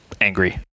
angry